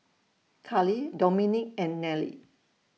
Carlie Dominique and Nelie